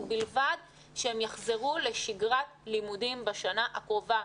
ובלבד שהם יחזרו לשגרת לימודים בשנה הקרובה.